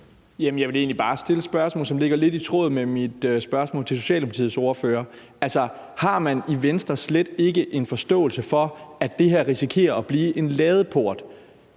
egentlig bare stille et spørgsmål, som ligger lidt i tråd med mit spørgsmål til Socialdemokratiets ordfører. Altså, har man i Venstre slet ikke en forståelse for, at det her risikerer at blive en ladeport